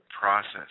Process